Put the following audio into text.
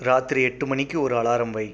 ராத்திரி எட்டு மணிக்கு ஒரு அலாரம் வை